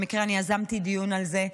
במקרה אני יזמתי דיון על זה.